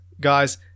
guys